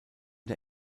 der